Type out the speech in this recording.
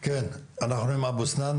כן, אנחנו עם אבו סנאן,